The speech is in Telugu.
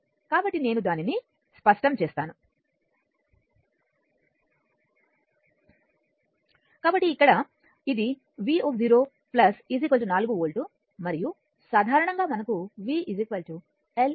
కాబట్టి నేను దానిని స్పష్టం చేస్తాను కాబట్టి ఇక్కడ ఇది v0 4 వోల్ట్ మరియు సాధారణంగా మనకు v L di dt తెలుసు